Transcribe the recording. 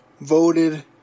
voted